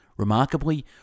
Remarkably